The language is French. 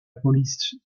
police